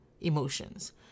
emotions